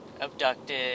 abducted